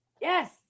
yes